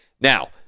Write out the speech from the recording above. Now